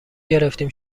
گرفتیم